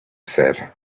said